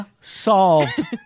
solved